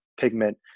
pigment